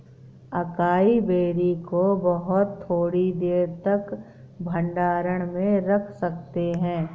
acai berry को बहुत थोड़ी देर तक भंडारण में रख सकते हैं